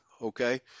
okay